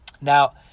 Now